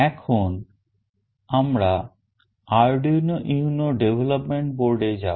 এখন আমরা Arduino UNO development boardএ যাব